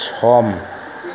सम